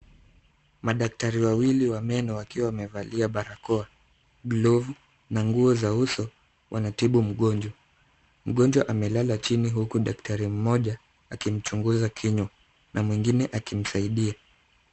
Madaktari wawili wa meno wakiwa wamevalia barakoa, glovu na nguo za uso wanatibu mgonjwa. Mgonjwa amelala chini huku daktari mmoja akimchunguza kinywa na mwingine akimsaidia.